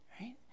right